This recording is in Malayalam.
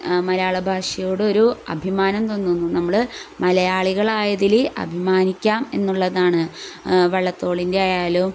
മലയാള ഭാഷയോടൊരു അഭിമാനം തോന്നുന്നു നമ്മൾ മലയാളികളായതിൽ അഭിമാനിക്കാം എന്നുള്ളതാണ് വള്ളത്തോളിൻ്റെ ആയാലും